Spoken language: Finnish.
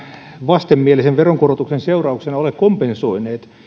vastenmielisen veronkorotuksen seurauksena ole kompensoineet